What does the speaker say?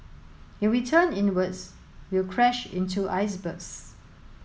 if we turn inwards we'll crash into icebergs